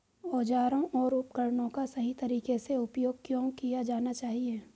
औजारों और उपकरणों का सही तरीके से उपयोग क्यों किया जाना चाहिए?